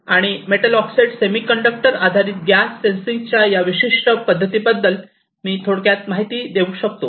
आणि metal oxide semiconductor आधारित gas सेन्सिंगच्या या विशिष्ट पद्धतीबद्दल मी थोडक्यात माहिती देऊ शकतो